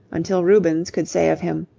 until rubens could say of him